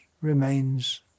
remains